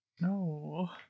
No